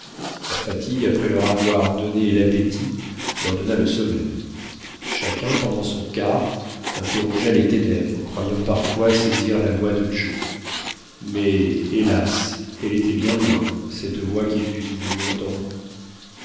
la fatigue après leur avoir donné l'appétit leur donna le sommeil chacun pendant son quart interrogea les ténèbres croyant parfois saisir la voix de joe mais hélas elle était bien loin cette voix qu'ils eussent voulu entendre